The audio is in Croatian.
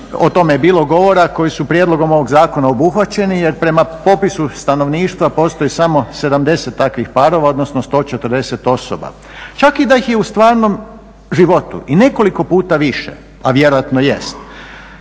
o tome je bilo govora, koji su prijedlogom ovog zakona obuhvaćeni jer prema popisu stanovništva postoji samo 70 takvih parova, odnosno 140 osoba. Čak i da ih je u stvarnom životu i nekoliko puta više, a vjerojatno jest